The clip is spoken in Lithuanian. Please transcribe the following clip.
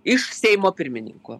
iš seimo pirmininko